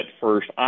first